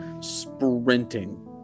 sprinting